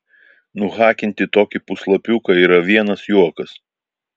nuhakinti tokį puslapiuką yra vienas juokas